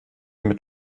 mit